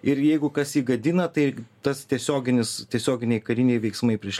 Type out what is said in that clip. ir jeigu kas jį gadina tai tas tiesioginis tiesioginiai kariniai veiksmai prieš